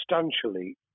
substantially